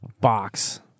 box